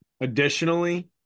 Additionally